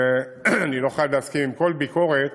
אני לא חייב להסכים לכל ביקורת,